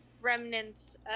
remnants